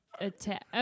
attack